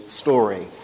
story